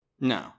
No